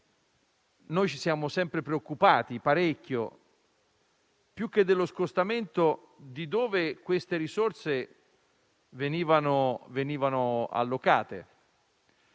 ci siamo sempre preoccupati parecchio, più che dello scostamento, di dove queste risorse sarebbero state allocate.